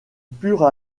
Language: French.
purent